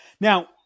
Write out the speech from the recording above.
Now